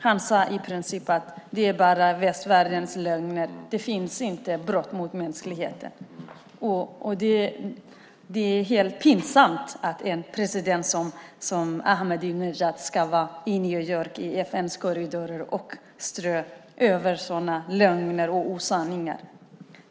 Han sade i princip att det bara var västvärldens lögner och att det inte finns något brott mot mänskligheten. Det är pinsamt att en president som Ahmadinejad ska vara i New York, i FN:s korridorer och strö ut sådana lögner och osanningar.